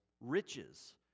riches